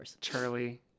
charlie